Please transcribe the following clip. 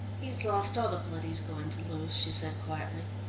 he's lost all the blood he's going to lose, she said quietly,